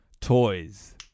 Toys